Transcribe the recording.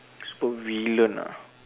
supervillain ah